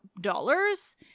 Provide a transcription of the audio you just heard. dollars